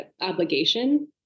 obligation